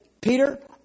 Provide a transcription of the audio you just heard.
Peter